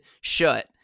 shut